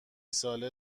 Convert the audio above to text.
ساله